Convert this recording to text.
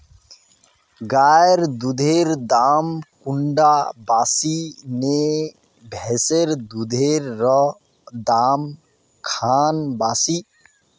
गायेर दुधेर दाम कुंडा बासी ने भैंसेर दुधेर र दाम खान बासी?